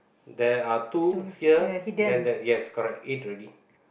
there are two here then there yes correct eight already